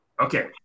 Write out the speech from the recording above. Okay